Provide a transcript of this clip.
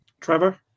Trevor